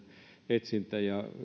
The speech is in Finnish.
etsintä ja